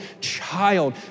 child